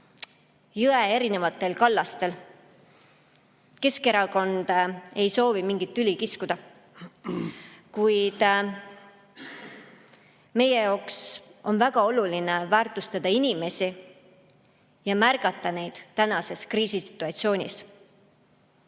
jõe erinevatel kallastel. Keskerakond ei soovi mingit tüli kiskuda, kuid meie jaoks on väga oluline väärtustada inimesi ja märgata neid tänases kriisisituatsioonis.